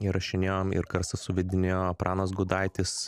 įrašinėjom ir garsą suvedinėjo pranas gudaitis